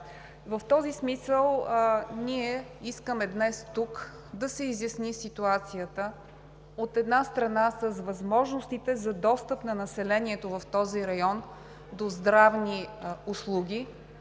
В този смисъл искаме днес тук да се изясни ситуацията, от една страна, с възможностите за достъп на населението в този район до здравни услуги,